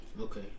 Okay